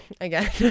again